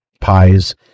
pies